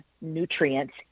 nutrients